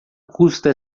custa